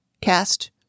cast